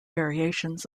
variations